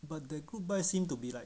but the group buy seem to be like